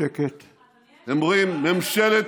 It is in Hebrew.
הם רואים ממשלת,